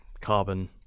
carbon